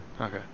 Okay